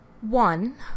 One